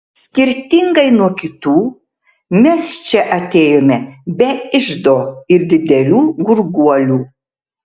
skirtingai nuo kitų mes čia atėjome be iždo ir didelių gurguolių